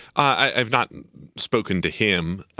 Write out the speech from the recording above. i've not spoken to him,